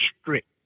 strict